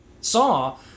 saw